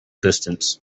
distance